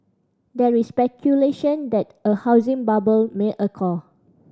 there is speculation that a housing bubble may occur